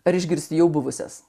ar išgirsti jau buvusias